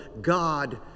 God